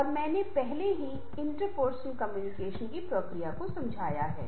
और मैंने पहले ही इंट्रपर्सनल कम्युनिकेशन की प्रक्रिया को समझाया है